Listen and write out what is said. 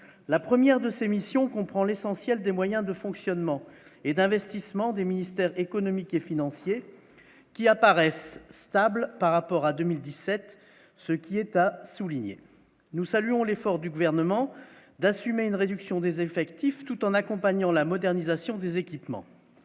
la 1ère de ces missions, comprend l'essentiel des moyens de fonctionnement et d'investissement des ministères économiques et financiers qui apparaissent stables par rapport à 2017, ce qui est à souligner : nous saluons l'effort du gouvernement d'assumer une réduction des effectifs, tout en accompagnant la modernisation des équipements,